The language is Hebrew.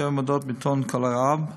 שבע מודעות בעיתון "כל אל-ערב"